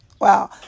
Wow